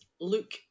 Luke